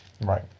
Right